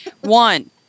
One